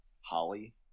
Holly